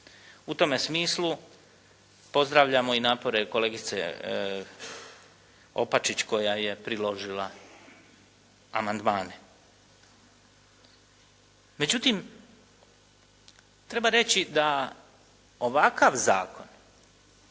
U tome smislu pozdravljamo i napore kolegice Opačić koja je priložila amandmane. Međutim treba reći da ovakav zakon